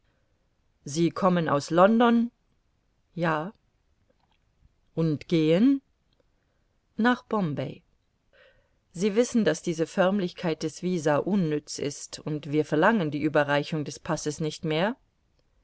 sie kommen aus london ja und gehen nach bombay gut mein herr sie wissen daß diese förmlichkeit des visa unnütz ist und wir verlangen die ueberreichung des passes nicht mehr